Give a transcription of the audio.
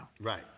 Right